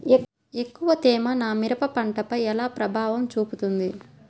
ఎక్కువ తేమ నా మిరప పంటపై ఎలా ప్రభావం చూపుతుంది?